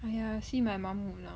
!aiya! see my mum mood lah